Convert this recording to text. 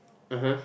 (uh huh)